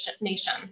nation